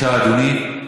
אדוני.